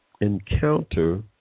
encounter